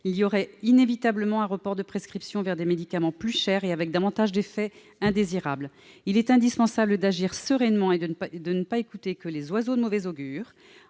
il y aurait inévitablement un report de prescriptions vers des médicaments plus chers et ayant davantage d'effets indésirables. Il est indispensable d'agir sereinement et de ne pas se limiter à écouter les oiseaux de mauvais augure.